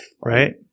Right